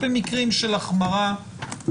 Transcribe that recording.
שזה יהיה רק במקרים של החמרה בענישה.